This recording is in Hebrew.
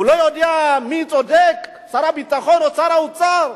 הוא לא יודע מי צודק, שר הביטחון או שר האוצר?